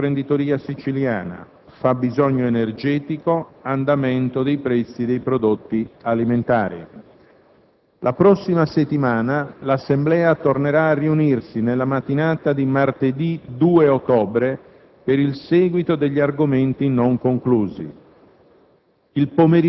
mafia-imprenditoria siciliana; fabbisogno energetico; andamento prezzi prodotti alimentari. La prossima settimana l'Assemblea tornerà a riunirsi nella mattina di martedì 2 ottobre per il seguito degli argomenti non conclusi.